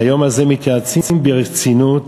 מהיום הזה מתייעצים ברצינות